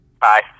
Bye